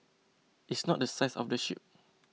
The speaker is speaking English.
it's not the size of the ship